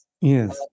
Yes